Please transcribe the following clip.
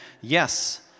Yes